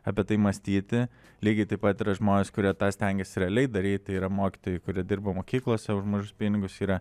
apie tai mąstyti lygiai taip pat yra žmonės kurie tą stengiasi realiai daryti tai yra mokytojai kurie dirba mokyklose už mažus pinigus yra